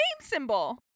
symbol